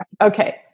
Okay